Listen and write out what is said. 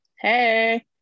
Hey